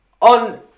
on